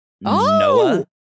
Noah